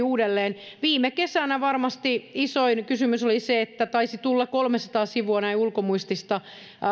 uudelleen viime kesänä isoin kysymys oli varmasti se että taisi tulla kolmesataa sivua näin ulkomuistista